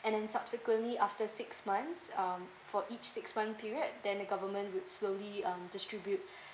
and then subsequently after six months um for each six month period then the government would slowly um distribute